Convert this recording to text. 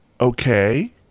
okay